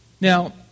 Now